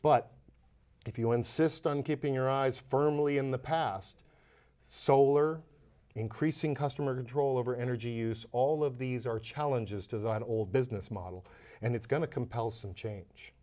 but if you insist on keeping your eyes firmly in the past solar increasing customer control over energy use all of these are challenges to the old business model and it's going to compel some change